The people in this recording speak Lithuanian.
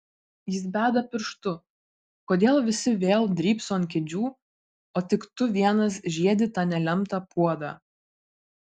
jis beda pirštu kodėl visi vėl drybso ant kėdžių o tik tu vienas žiedi tą nelemtą puodą